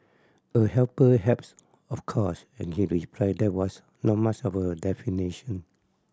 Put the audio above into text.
a helper helps of course and he replied that was not much of a definition